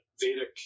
Vedic